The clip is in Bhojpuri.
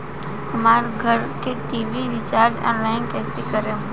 हमार घर के टी.वी रीचार्ज ऑनलाइन कैसे करेम?